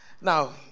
Now